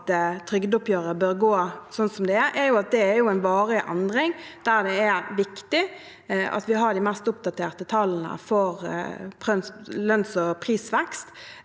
at trygdeoppgjøret bør gå som det gjør, er at det er en varig endring der det er viktig at vi har de mest oppdaterte tallene for lønns- og prisvekst,